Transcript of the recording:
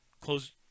close